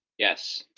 yes.